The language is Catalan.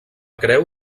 creu